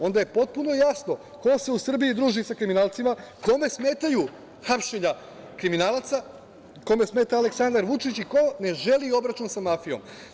Onda je potpuno jasno ko se u Srbiji druži sa kriminalcima, kome smetaju hapšenja kriminalaca, kome smeta Aleksandar Vučić i ko ne želi obračun sa mafijom.